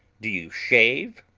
do you shave,